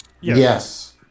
Yes